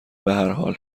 بحرحال